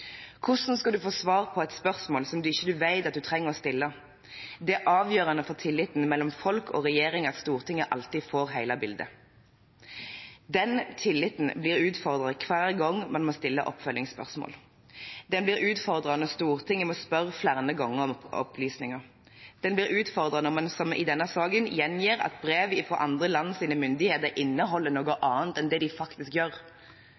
Hvordan skal man få svar på et spørsmål som man ikke vet at man trenger å stille? Det er avgjørende for tilliten mellom folk og regjering at Stortinget alltid får hele bildet. Den tilliten blir utfordret hver gang man må stille oppfølgingsspørsmål. Den blir utfordret når Stortinget flere ganger må spørre om opplysninger. Den blir utfordret når man, som i denne saken, gjengir at brev fra andre lands myndigheter inneholder noe annet enn det de faktisk gjør.